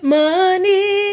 money